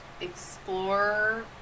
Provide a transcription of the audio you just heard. explore